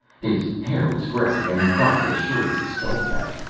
his hair was gray and cropped as short as a skull cap,